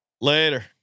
Later